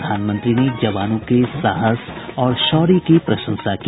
प्रधानमंत्री ने जवानों के साहस और शौर्य की प्रशंसा की